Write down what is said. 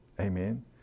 Amen